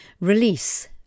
Release